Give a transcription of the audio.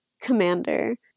commander